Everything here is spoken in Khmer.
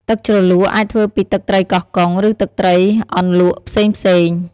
ទឹកជ្រលក់អាចធ្វើពីទឹកត្រីកោះកុង ឬទឹកត្រីអន្លក់ផ្សេងៗ។